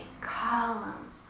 column